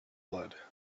blood